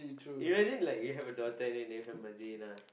imagine like you have a daughter and then you name her Madinah